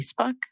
Facebook